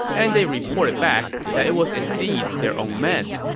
and they reported back that it was indeed their own men.